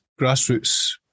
grassroots